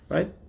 Right